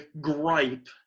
gripe